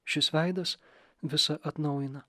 šis veidas visa atnaujina